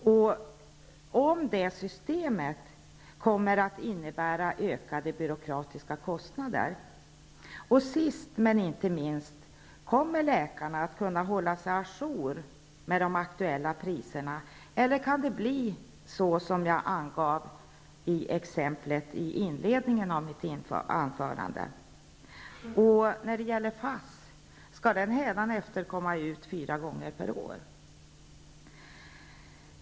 Kommer detta system att medföra ökade byråkratiska kostnader? Sist, men inte minst: Kommer läkarna att kunna hålla sig à jour med de aktuella priserna? Eller kan det bli så som jag anförde i exemplet i inledningen av mitt anförande? Skall FASS hädanefter komma ut fyra gånger per år?